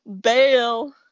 bail